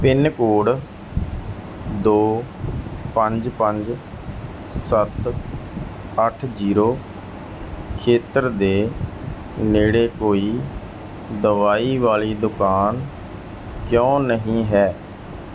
pin code ਦੋ ਪੰਜ ਪੰਜ ਸੱਤ ਅੱਠ ਜੀਰੋ ਖੇਤਰ ਦੇ ਨੇੜੇ ਕੋਈ ਦਵਾਈ ਵਾਲੀ ਦੁਕਾਨ ਕਿਉਂ ਨਹੀਂ ਹੈ